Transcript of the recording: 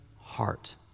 heart